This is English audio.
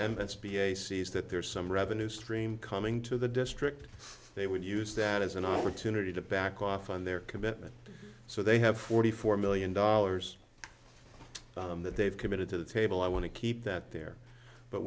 sees that there is some revenue stream coming to the district they would use that as an opportunity to back off on their commitment so they have forty four million dollars that they've committed to the table i want to keep that there but